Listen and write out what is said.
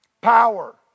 power